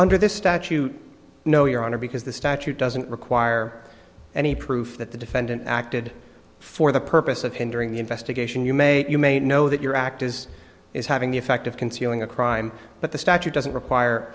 under this statute no your honor because the statute doesn't require any proof that the defendant acted for the purpose of hindering the investigation you may you may know that your act is is having the effect of concealing a crime but the statute doesn't require